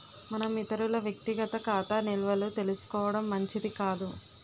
మనం ఇతరుల వ్యక్తిగత ఖాతా నిల్వలు తెలుసుకోవడం మంచిది కాదు